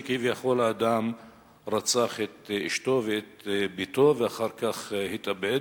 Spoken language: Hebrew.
שכביכול האדם רצח את אשתו ואת בתו ואחר כך התאבד,